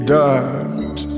died